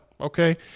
okay